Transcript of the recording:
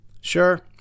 Sure